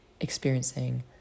experiencing